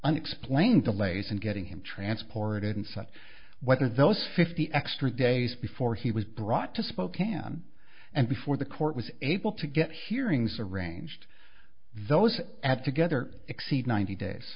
unexplained delays in getting him transported in such weather those fifty extra days before he was brought to spokane and before the court was able to get hearings arranged those at together exceed ninety days